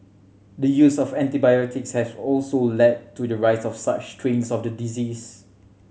the use of antibiotics has also led to the rise of such strains of the disease